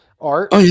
art